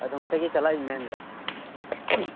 ᱟᱫᱚ ᱚᱱᱛᱮᱜᱮ ᱪᱟᱞᱟᱜ ᱤᱧ ᱢᱮᱱ ᱮᱫᱟ